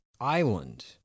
island